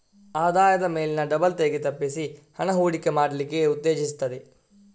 ಆದಾಯದ ಮೇಲಿನ ಡಬಲ್ ತೆರಿಗೆ ತಪ್ಪಿಸಿ ಹಣ ಹೂಡಿಕೆ ಮಾಡ್ಲಿಕ್ಕೆ ಉತ್ತೇಜಿಸ್ತದೆ